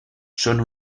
són